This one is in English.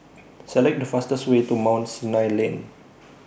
Select The fastest Way to Mount Sinai Lane